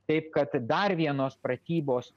taip kad dar vienos pratybos